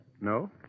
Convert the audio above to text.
No